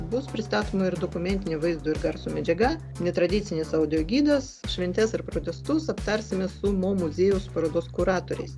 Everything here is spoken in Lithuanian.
bus pristatoma ir dokumentinė vaizdo ir garso medžiaga netradicinis audio gidas šventes ar protestus aptarsime su mo muziejaus parodos kuratoriais